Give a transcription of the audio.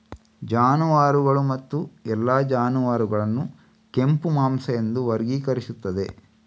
ಜಾನುವಾರುಗಳು ಮತ್ತು ಎಲ್ಲಾ ಜಾನುವಾರುಗಳನ್ನು ಕೆಂಪು ಮಾಂಸ ಎಂದು ವರ್ಗೀಕರಿಸುತ್ತದೆ